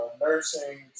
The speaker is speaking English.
Nursing